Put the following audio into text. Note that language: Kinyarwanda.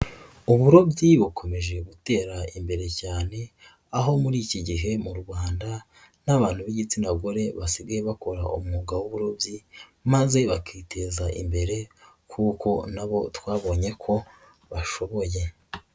Uburobyi bukomeje gutera imbere cyane aho muri iki gihe mu Rwanda n'abantu b'igitsina gore basigaye bakora umwuga w'uburobyi maze bakiteza imbere kuko na bo twabonye ko bashoboye.